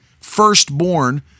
firstborn